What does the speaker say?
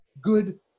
good